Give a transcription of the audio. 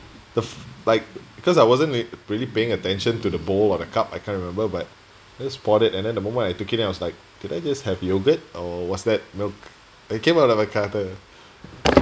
the f~ like because I wasn't really really paying attention to the bowl or cup I can't remember but just poured it and then the moment I took it I was like do I just have yoghurt or what's that milk it came out like curdled